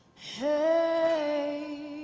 hey,